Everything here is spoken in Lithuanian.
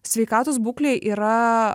sveikatos būklė yra